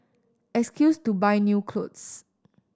excuse to buy new clothes